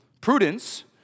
Prudence